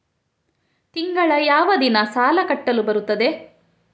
ತಿಂಗಳ ಯಾವ ದಿನ ಸಾಲ ಕಟ್ಟಲು ಬರುತ್ತದೆ?